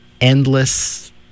endless